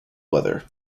weather